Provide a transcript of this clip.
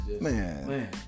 man